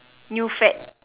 new fad